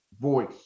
voice